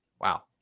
wow